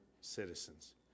citizens